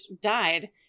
died